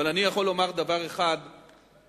אבל אני יכול לומר דבר אחד מהיכרות